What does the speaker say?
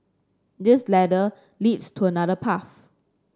this ladder leads to another path